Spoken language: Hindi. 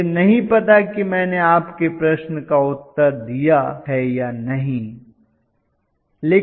मुझे नहीं पता कि मैंने आपके प्रश्न का उत्तर दिया है या नहीं